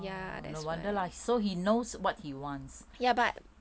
orh no wonder lah so he knows what he wants